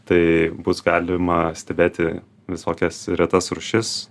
tai bus galima stebėti visokias retas rūšis